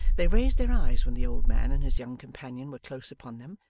they raised their eyes when the old man and his young companion were close upon them,